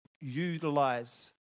utilize